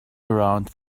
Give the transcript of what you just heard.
around